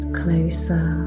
closer